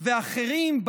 ואחרים,